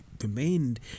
remained